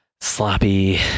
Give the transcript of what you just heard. sloppy